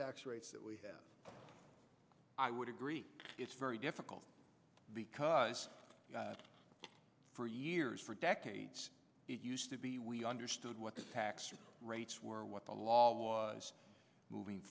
tax rates that we have i would agree it's very difficult because for years for decades it used to be we understood what the tax rates were what the law was moving